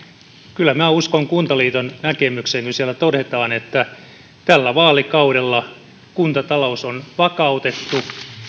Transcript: kyllä minä uskon kuntaliiton näkemykseen kun siellä todetaan että tällä vaalikaudella kuntatalous on vakautettu